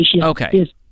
Okay